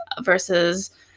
versus